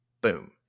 Boom